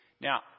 Now